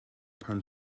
pan